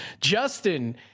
Justin